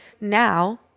Now